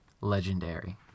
Legendary